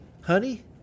Honey